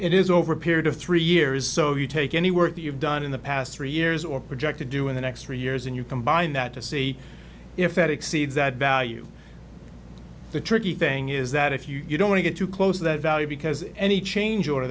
it is over a period of three years so you take any work that you've done in the past three years or project to do in the next three years and you combine that to see if that exceeds that value the tricky thing is that if you don't get to close that value because any change or